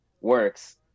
works